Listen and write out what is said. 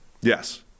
Yes